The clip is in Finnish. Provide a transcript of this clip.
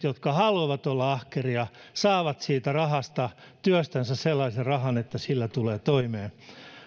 jotka haluavat olla ahkeria saavat siitä työstänsä sellaisen rahan että sillä tulee toimeen